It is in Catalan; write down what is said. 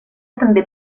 també